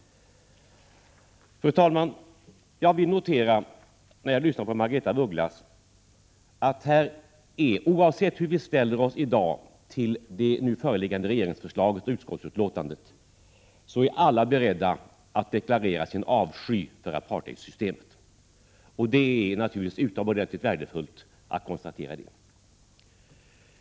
Fru talman! Jag har noterat, när jag lyssnat på Margaretha af Ugglas, att han oavsett hur vi ställer oss i dag till det nu föreliggande regeringsförslaget och utskottsbetänkandet är alla beredda att deklarera sin avsky för apartheidsystemet. Det är naturligtvis utomordentligt värdefullt att kunna konstatera detta.